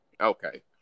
okay